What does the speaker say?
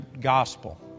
gospel